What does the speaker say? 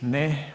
Ne.